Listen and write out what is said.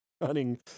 running